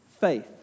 faith